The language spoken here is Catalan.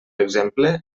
exemple